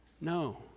No